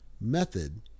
method